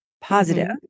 positive